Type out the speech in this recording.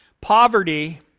Poverty